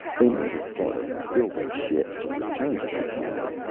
they might have thought of building ships to return to their homes.